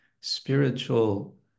spiritual